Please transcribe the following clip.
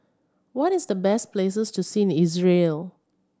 what is the best places to see Israel